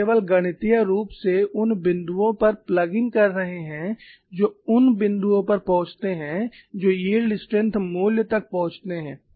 हम केवल गणितीय रूप से उन बिंदुओं पर प्लग इन कर रहे हैं जो उन बिंदुओं पर पहुंचते हैं जो यील्ड स्ट्रेंग्थ मूल्य तक पहुंचते हैं